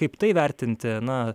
kaip tai vertinti na